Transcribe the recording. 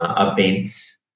events